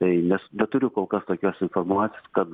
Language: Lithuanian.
tai nes neturiu kol kas tokios informacijos kad